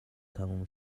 تموم